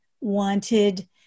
wanted